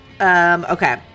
Okay